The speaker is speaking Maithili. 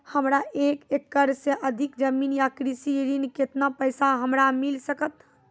हमरा एक एकरऽ सऽ अधिक जमीन या कृषि ऋण केतना पैसा हमरा मिल सकत?